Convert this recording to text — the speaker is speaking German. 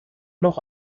noch